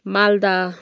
Malda